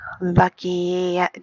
lucky